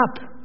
up